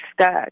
stuck